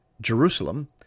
Jerusalem